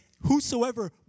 whosoever